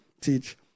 teach